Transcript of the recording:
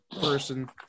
person